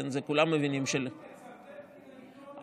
אני מצטט מהעיתון לאנשים חושבים.